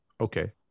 Okay